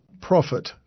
Profit